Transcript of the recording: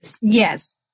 Yes